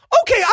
Okay